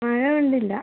മഴ കൊണ്ടില്ല